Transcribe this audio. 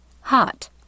hot